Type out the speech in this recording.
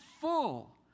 full